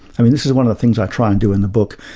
and this is one of the things i try and do in the book,